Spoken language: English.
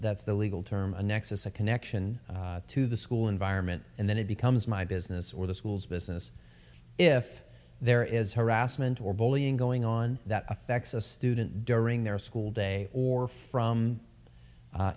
that's the legal term a nexus a connection to the school environment and then it becomes my business or the school's business if there is harassment or bullying going on that affects a student during their school day or from